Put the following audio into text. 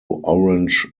orange